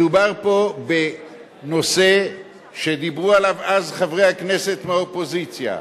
מדובר פה בנושא שדיברו עליו אז חברי הכנסת מהאופוזיציה.